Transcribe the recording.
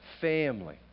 family